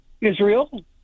Israel